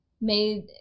made